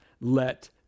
let